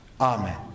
amen